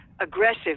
aggressive